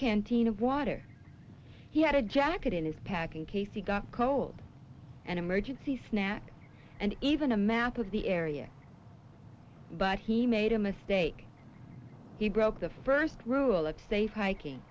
canteen of water he had a jacket in his pack in case he got cold and emergency snack and even a map of the area but he made a mistake he broke the first rule of safe hiking